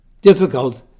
difficult